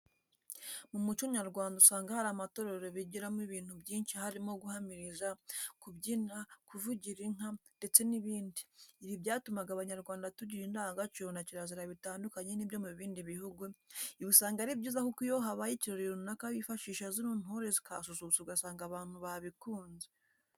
Mu muco nyarwanda usanga hari amatorero bigiramo ibintu byinshi harimo guhamiriza, kubyina, kuvugira inka ndetse n'ibindi, ibi byatumaga Abanyarwanda tugira indangagaciro na kirazira bitandukanye n'ibyo mu bindi bihugu, ibi usanga ari byiza kuko iyo habaye ikirori runaka bifashisha zino ntore zikahasusurutsa ugasanga abantu babikunze.